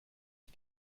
ich